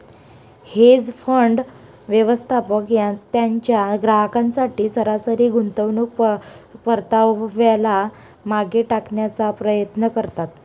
hedge fund, व्यवस्थापक त्यांच्या ग्राहकांसाठी सरासरी गुंतवणूक परताव्याला मागे टाकण्याचा प्रयत्न करतात